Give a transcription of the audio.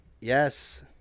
Yes